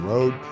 Road